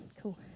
Cool